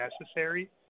necessary